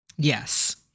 Yes